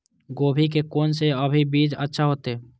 गोभी के कोन से अभी बीज अच्छा होते?